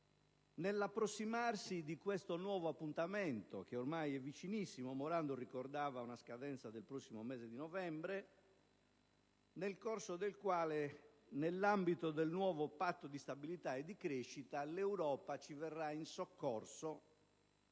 sta approssimando un nuovo appuntamento, che è ormai vicinissimo (il senatore Morando ricordava una scadenza del prossimo mese di novembre), nel corso del quale, nell'ambito del nuovo Patto di stabilità e di crescita, l'Europa verrà in nostro